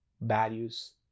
values